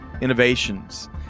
innovations